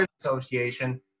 Association